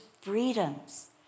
freedoms